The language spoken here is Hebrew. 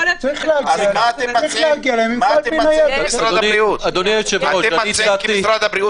מה משרד הבריאות מציעים?